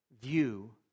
view